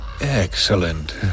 Excellent